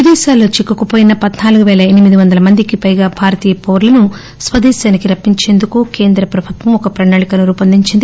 విదేశాల్లో చిక్కుకువోయిన పద్నాలుగు పేల ఎనిమిది వందల మందికి పైగా భారతీయ పౌరులను స్వదేశానికి రప్పించేందుకు కేంద్ర ప్రభుత్వం ఒక సవివరమైన ప్రణాళికను రూపొందించింది